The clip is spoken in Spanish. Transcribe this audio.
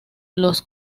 los